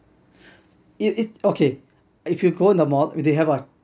it it's okay if you go in the mall they have a